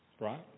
right